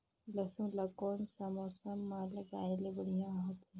लसुन ला कोन सा मौसम मां लगाय ले बढ़िया हवे?